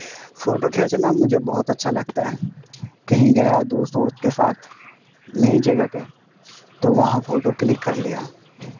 photo کھینچنا مجھے بہت اچھا لگتا ہے کہیں گیا دوست ووست کے ساتھ نئی جگہ پہ تو وہاں فوٹو کلک کر لیا